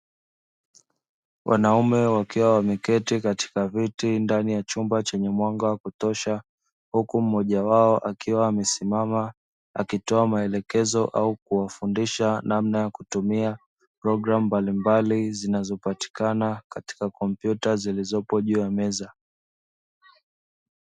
Wanaume wakiwa wameketi katika viti ndani ya chumba chenye mwanga wa kutosha, huku mmojawao akiwa amesimama akitoa maelezo au kuwafundisha namna ya kutumia programu mbalimbali, zinazopatikana katika kompyuta zilizopo juu ya meza.